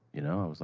you know? i was